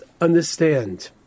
understand